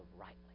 rightly